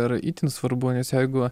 yra itin svarbu nes jeigu